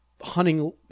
hunting